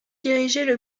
dirigeaient